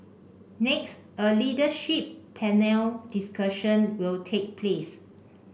next a leadership panel discussion will take place